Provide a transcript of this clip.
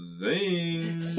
zing